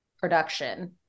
production